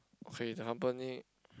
okay the company